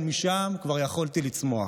ומשם כבר יכולתי לצמוח.